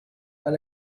and